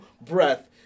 breath